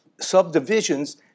subdivisions